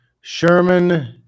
Sherman